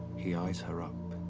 he eyes her up.